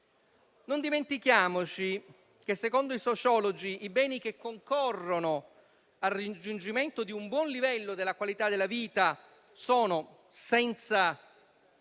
Non dimentichiamo che, secondo i sociologi, i beni che concorrono al raggiungimento di un buon livello della qualità della vita sono, senza alcun